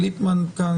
דב ליפמן כאן,